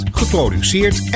geproduceerd